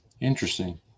Interesting